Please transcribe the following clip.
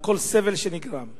על כל סבל שנגרם.